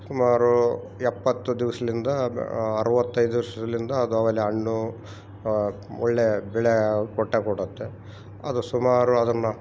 ಸುಮಾರು ಎಪ್ಪತ್ತು ದಿವ್ಸಲಿಂದ ಬ ಅರ್ವತ್ತೈದು ಶ್ರಿಲಿಂದ ಅದು ಅವೆಲ್ಲ ಹಣ್ಣು ಒಳ್ಳೇ ಬೆಳೆ ಅವು ಕೊಟ್ಟೆ ಕೊಡುತ್ತೆ ಅದು ಸುಮಾರು ಅದನ್ನು